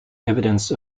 evidence